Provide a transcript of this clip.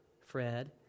Fred